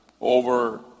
Over